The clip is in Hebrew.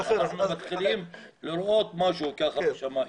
אנחנו מתחילים לראות משהו בשמים.